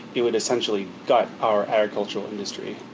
it would essentially gut our agricultural industry,